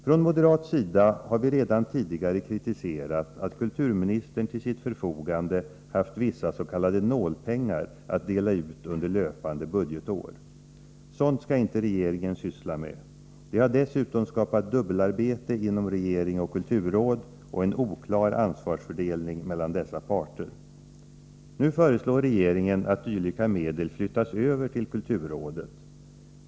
Från moderat sida har vi redan tidigare kritiserat att kulturministern till sitt förfogande haft vissa s.k. nålpengar att dela ut under löpande budgetår. Sådant skall inte regeringen syssla med. Det har dessutom skapat dubbelarbete inom regering och kulturråd och en oklar ansvarsfördelning mellan dessa parter. Nu föreslår regeringen att dylika medel flyttas över till kulturrådet.